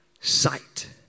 sight